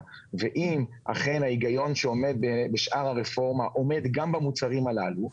ואם אכן ההיגיון שעומד באמת בשאר הרפורמה עומד גם במוצרים הללו,